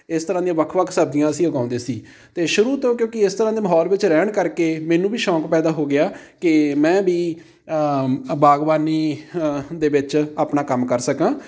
ਇਸ ਤਰ੍ਹਾਂ ਦੀਆਂ ਵੱਖ ਵੱਖ ਸਬਜ਼ੀਆਂ ਅਸੀਂ ਉਗਾਉਂਦੇ ਸੀ ਅਤੇ ਸ਼ੁਰੂ ਤੋਂ ਕਿਉਂਕਿ ਇਸ ਤਰ੍ਹਾਂ ਦੇ ਮਾਹੌਲ ਵਿੱਚ ਰਹਿਣ ਕਰਕੇ ਮੈਨੂੰ ਵੀ ਸ਼ੌਕ ਪੈਦਾ ਹੋ ਗਿਆ ਕਿ ਮੈਂ ਵੀ ਬਾਗਬਾਨੀ ਦੇ ਵਿੱਚ ਆਪਣਾ ਕੰਮ ਕਰ ਸਕਾਂ